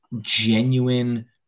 genuine